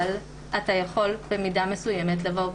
אבל אתה יכול במידה מסוימת לבוא,